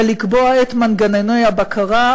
ולקבוע את מנגנוני הבקרה,